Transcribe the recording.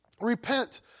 Repent